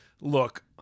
look